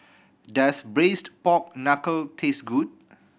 does Braised Pork Knuckle taste good